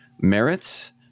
merits